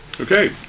Okay